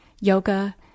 yoga